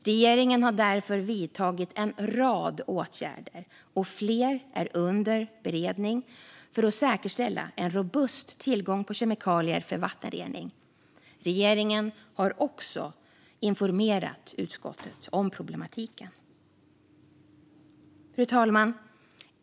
Regeringen har därför vidtagit en rad åtgärder, och fler är under beredning, för att säkerställa en robust tillgång på kemikalier för vattenrening. Regeringen har också informerat utskottet om problematiken. Fru talman!